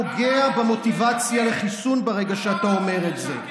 אתה פוגע במוטיבציה לחיסון ברגע שאתה אומר את זה.